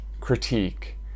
critique